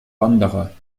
wanderer